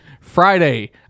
Friday